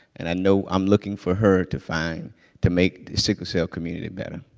and i know i'm looking for her to find to make the sickle cell community better.